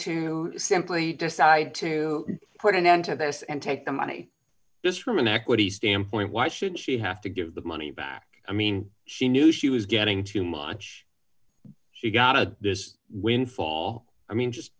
to simply decide to put an end to this and take the money this woman equities damn point why should she have to give the money back i mean she knew she was getting too much she got a biz windfall i mean just